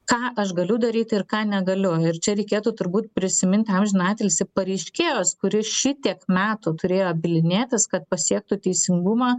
ką aš galiu daryti ir ką negaliu ir čia reikėtų turbūt prisiminti amžiną atilsį pareiškėjos kuri šitiek metų turėjo bylinėtis kad pasiektų teisingumą